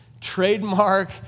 trademark